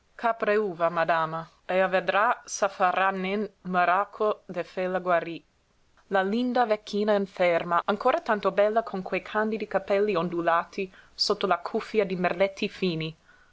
c'a preuva madama e a vdrà s'a farà nen l miracl d fela guarí la linda vecchina inferma ancora tanto bella con quei candidi capelli ondulati sotto la cuffia di merletti fini